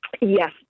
Yes